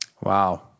Wow